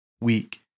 week